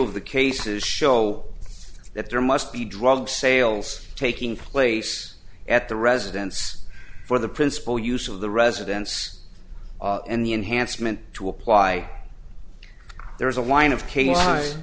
of the cases show that there must be drug sales taking place at the residence for the principle use of the residence in the enhancement to apply there is a wind of case wh